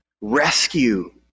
rescue